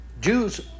Jews